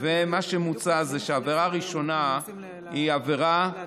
מה שמוצע זה שהעבירה הראשונה היא עבירה, ושוב,